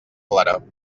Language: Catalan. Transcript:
clara